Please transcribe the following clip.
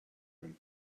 room